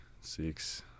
six